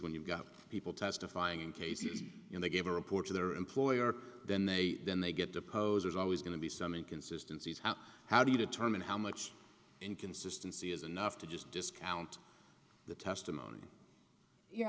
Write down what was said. when you've got people testifying in cases you know gave a reporter their employer then they then they get depose there's always going to be some inconsistencies how how do you determine how much inconsistency is enough to just discount the testimony you're